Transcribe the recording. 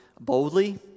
boldly